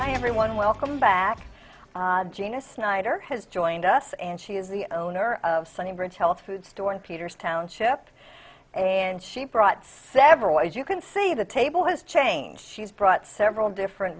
hi everyone welcome back gina snyder has joined us and she is the owner of sunny branch health food store in peter's township and she brought several as you can see the table has changed she's brought several different